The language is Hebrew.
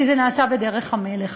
כי זה נעשה בדרך המלך.